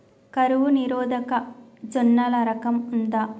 కరువు నిరోధక జొన్నల రకం ఉందా?